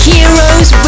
Heroes